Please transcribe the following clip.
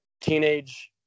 teenage